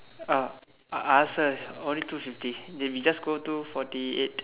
uh I ask her only two fifty dey we just go two forty eight